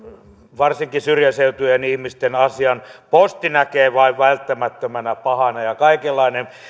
varsinkin syrjäseutujen ihmisten asian posti näkee vain välttämättömänä pahana ja kaikenlainen